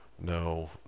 no